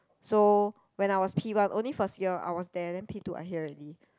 so when I was P-one only first year I was there then P-two I here already